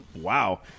wow